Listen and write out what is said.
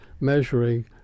measuring